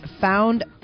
found